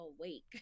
awake